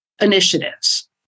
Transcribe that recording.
initiatives